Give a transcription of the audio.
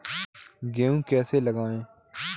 गेहूँ कैसे लगाएँ?